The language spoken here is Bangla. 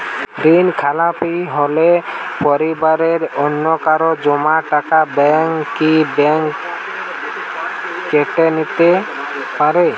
ঋণখেলাপি হলে পরিবারের অন্যকারো জমা টাকা ব্যাঙ্ক কি ব্যাঙ্ক কেটে নিতে পারে?